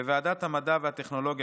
בוועדת המדע והטכנולוגיה,